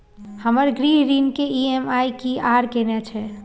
हमर गृह ऋण के ई.एम.आई की आर केना छै?